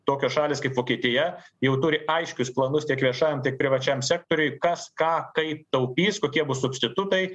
tokios šalys kaip vokietija jau turi aiškius planus tiek viešajam tiek privačiam sektoriui kas ką kaip taupys kokie bus substitutai